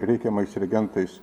reikiamais reagentais